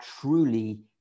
truly